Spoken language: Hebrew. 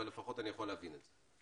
אבל לפחות אני יכול להבין את זה.